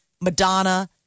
Madonna